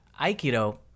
Aikido